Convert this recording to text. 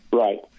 Right